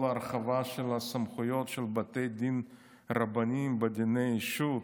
כל ההרחבה של הסמכויות של בתי הדין הרבניים בדיני אישות,